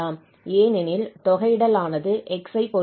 ஏனெனில் தொகையிடலானது x ஐ பொறுத்ததாகும்